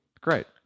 Great